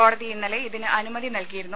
കോടതി ഇന്നലെ ഇതിന് അനുമതി നൽകിയിരുന്നു